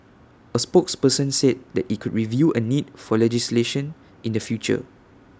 A spokesperson said then IT could review A need for legislation in the future